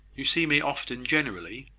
you see me often, generally,